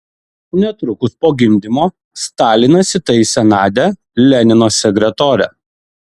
netrukus po gimdymo stalinas įtaisė nadią lenino sekretore